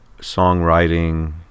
songwriting